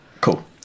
cool